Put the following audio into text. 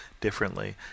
differently